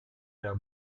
der